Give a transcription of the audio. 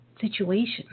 situation